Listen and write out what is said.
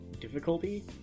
difficulty